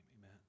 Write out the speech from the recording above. amen